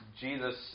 Jesus